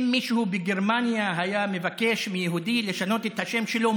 אם מישהו בגרמניה היה מבקש מיהודי לשנות את השם שלו,